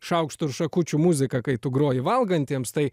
šaukštų ir šakučių muzika kai tu groji valgantiems tai